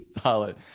Solid